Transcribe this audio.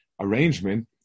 arrangement